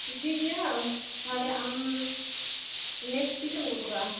ᱴᱷᱤᱠ ᱜᱮᱭᱟ ᱛᱟᱦᱚᱞᱮ ᱟᱢ ᱱᱮᱠᱥᱴ ᱛᱤᱥ ᱮᱢ ᱟᱹᱜᱩ ᱚᱴᱚ ᱠᱟᱜᱼᱟ